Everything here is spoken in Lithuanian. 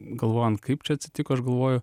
galvojant kaip čia atsitiko aš galvoju